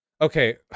Okay